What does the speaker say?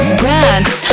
brands